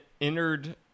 entered